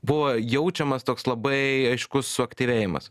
buvo jaučiamas toks labai aiškus suaktyvėjimas